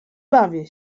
bawię